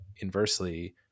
inversely